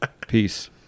Peace